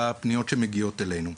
הפניות שמגיעות אלינו.